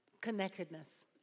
Connectedness